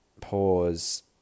pause